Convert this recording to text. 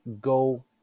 go